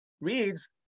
reads